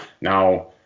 now